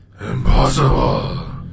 Impossible